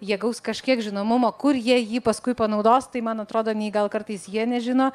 jie gaus kažkiek žinomumo kur jie jį paskui panaudos tai man atrodo nei gal kartais jie nežino